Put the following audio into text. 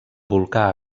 volcà